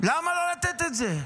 למה לא לתת את זה?